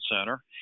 center